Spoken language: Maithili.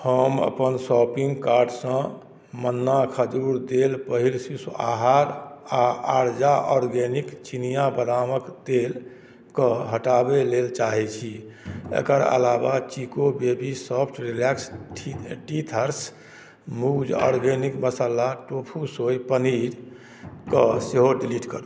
हम अपन शॉपिंग कार्ड सँ मन्ना खजूर तेल पहिल शिशु आहार आ आरजा ऑर्गेनिक चिनिया बादमाक तेल के हटाबै लेल चाहै छी एकर अलावा चीको बेबी सॉफ्ट रिलेक्स टीथ हर्ष मूज organic masala tofu soy paneer के सेहो डिलीट करू